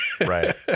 Right